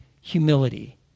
humility